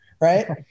Right